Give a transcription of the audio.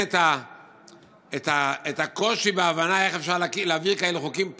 את הקושי בהבנה איך אפשר להעביר כאלה חוקים פה,